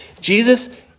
Jesus